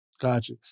Gotcha